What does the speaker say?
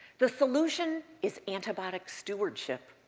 the solution is antibiotic stewardship.